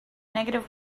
negative